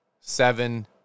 seven